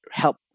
help